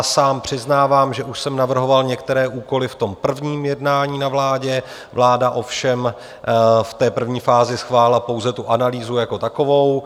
Sám přiznávám, že už jsem navrhoval některé úkoly v prvním jednání na vládě, vláda ovšem v té první fázi schválila pouze tu analýzu jako takovou.